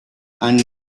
and